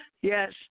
Yes